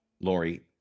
Lori